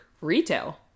retail